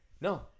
No